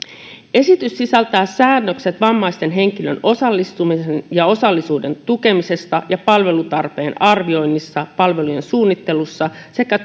esitys sisältää säännökset vammaisen henkilön osallistumisen ja osallisuuden tukemisesta palvelutarpeen arvioinnissa palvelujen suunnittelussa sekä